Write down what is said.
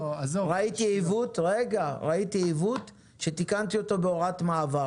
היא ראתה עיוות אותו היא תיקנה בהוראת מעבר